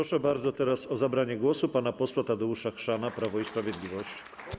Proszę bardzo teraz o zabranie głosu pana posła Tadeusza Chrzana, Prawo i Sprawiedliwość.